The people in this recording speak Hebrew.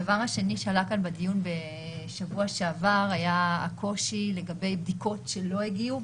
הדבר השני שעלה בדיון כאן בשבוע שעבר היה הקושי לגבי בדיקות שלא הגיעו.